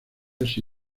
así